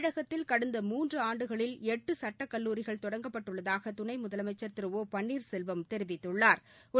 தமிழகத்தில் கடந்த மூன்று ஆண்டுகளில் எட்டு சட்டக்கல்லூரிகள் தொடங்கப்பட்டுள்ளதாக துணை முதலமைச்சா் திரு ஓ பன்னீா்செல்வம் தெரிவித்துள்ளாா்